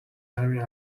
همین